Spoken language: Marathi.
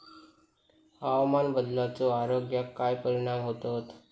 हवामान बदलाचो आरोग्याक काय परिणाम होतत?